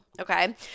Okay